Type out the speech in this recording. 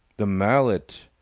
the mallet!